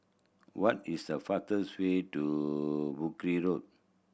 what is the fastest way to Brooke Road